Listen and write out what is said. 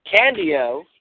Candio